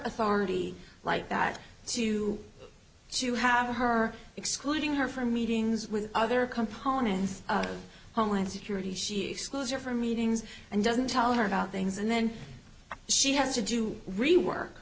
authority like that to to have her excluding her for meetings with other components homeland security she exclusion for meetings and doesn't tell her about things and then she has to do rework